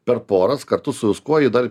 per poras kartu su viskuo ji dar